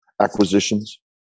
acquisitions